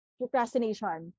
procrastination